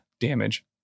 damage